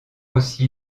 aussi